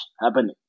happening